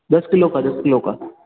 दस किलो का दस किलो का